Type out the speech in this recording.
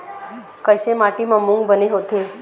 कइसे माटी म मूंग बने होथे?